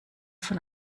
von